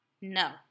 no